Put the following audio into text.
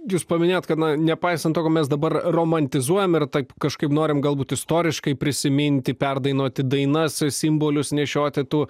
jūs paminėjot kad nepaisant to ko mes dabar romantizuojam ir taip kažkaip norim galbūt istoriškai prisiminti perdainuoti dainas simbolius nešioti tų